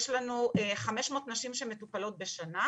יש לנו 500 נשים שמטופלות אצלינו בשנה,